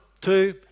two